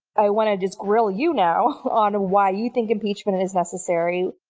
i want to just grill you now on why you think impeachment and is necessary.